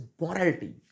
morality